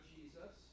Jesus